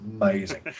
amazing